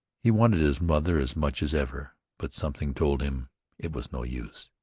he wanted his mother as much as ever, but something told him it was no use.